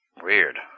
Weird